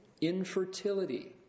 infertility